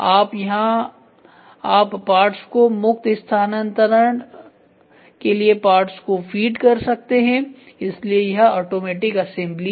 आप यहां आप पार्ट्स को मुक्त स्थानांतरण के लिए पार्ट्स को फ़ीड कर सकते हैं इसलिए यह ऑटोमेटिक असेंबली है